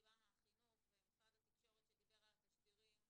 דיברנו על חינוך ומשרד התקשורת שדיבר על התשדירים.